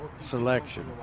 selection